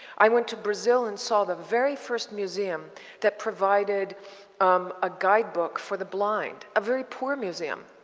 i went to brazil and saw the very first museum that provided um a guidebook for the blind. a very poor museum.